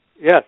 Yes